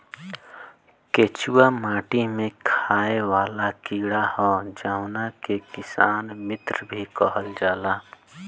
केचुआ माटी में खाएं वाला कीड़ा ह जावना के किसान मित्र भी कहल जाला